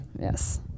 Yes